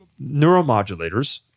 neuromodulators